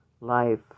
life